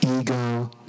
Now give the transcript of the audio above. Ego